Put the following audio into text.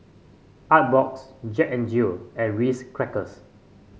Artbox Jack N Jill and Ritz Crackers